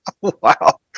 wow